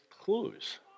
clues